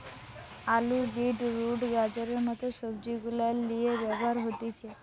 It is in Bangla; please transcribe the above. আলু, বিট রুট, গাজরের মত সবজি গুলার লিয়ে ব্যবহার হতিছে